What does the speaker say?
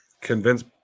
Convince